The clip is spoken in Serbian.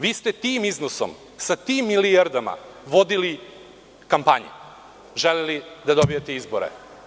Vi ste tim iznosom, sa tim milijardama vodili kampanju, želeli da dobijete izbore.